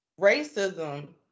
racism